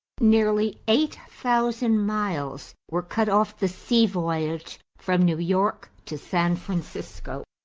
nearly eight thousand miles were cut off the sea voyage from new york to san francisco.